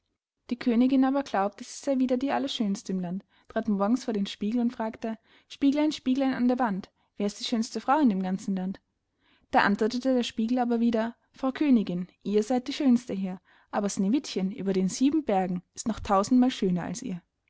die königin aber glaubte sie sey wieder die allerschönste im land trat morgens vor den spiegel und fragte spieglein spieglein an der wand wer ist die schönste frau in dem ganzen land da antwortete der spiegel aber wieder frau königin ihr seyd die schönste hier aber sneewittchen über den sieben bergen ist noch tausendmal schöner als ihr